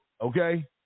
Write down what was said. Okay